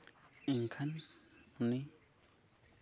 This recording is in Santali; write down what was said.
ᱢᱮᱱᱠᱷᱟᱱ ᱩᱱᱤ